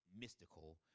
mystical